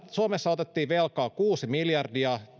suomessa otettiin velkaa kuusi miljardia